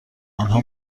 آنها